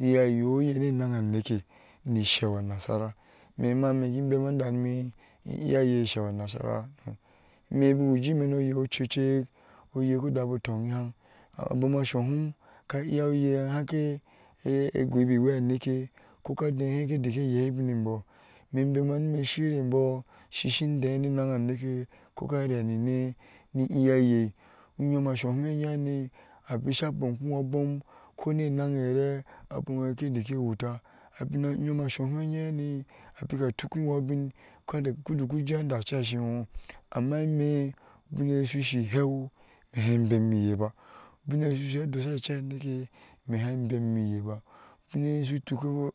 eyeh, a ye oye ne naŋa a neke, ni isheu a nasara mema me kin bema da ime in iya ayei a sheu a nassara no ime buku jii ine ino oye, ocucek oye ko dabo toŋi haŋ, abom a shohum, ka uya oye hake gɔɔbi iwei aneke ko adɛɛ nihe, ke dike yea ubinenbɔɔ, ime imbema ni ime ishi irenbɔɔ, shishin dɛɛ ne naŋa neke ko ka rɛɛ nine ni iya a yei unyom ashohum eyehane abisha bom kpi no abom ko ne naŋe rɛɛ abom eye, ke dike whuta abine unyom a shohum eye hane, abika tuki jo abiŋ ku duku jee eti anda ace ashi jo ama ine ubiye ashi heu ime haai i beni me iye baa ubiŋ eya shu sho a dosha acei a neke ime hadi bemime iye baa, ubiŋ eye shu tuk